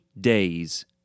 Days